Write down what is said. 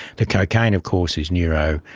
the cocaine of course is neuroactive,